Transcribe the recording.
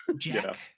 Jack